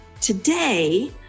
today